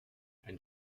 ein